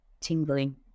tingling